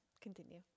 continue